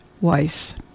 Weiss